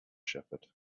shepherd